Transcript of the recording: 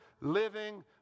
living